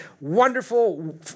wonderful